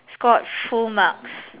scored full marks